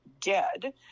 dead